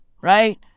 Right